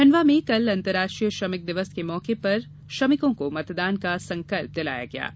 खंडवा में कल अंतर्राष्ट्रीय श्रमिक दिवस के मौके पर श्रमिकों को मतदान का संकल्प दिलाया गया है